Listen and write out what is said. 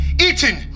eating